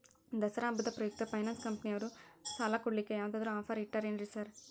ದಸರಾ ಹಬ್ಬದ ಪ್ರಯುಕ್ತ ಫೈನಾನ್ಸ್ ಕಂಪನಿಯವ್ರು ಸಾಲ ಕೊಡ್ಲಿಕ್ಕೆ ಯಾವದಾದ್ರು ಆಫರ್ ಇಟ್ಟಾರೆನ್ರಿ ಸಾರ್?